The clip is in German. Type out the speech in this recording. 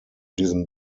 diesem